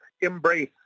embrace